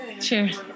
Cheers